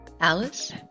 Alice